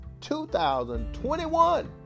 2021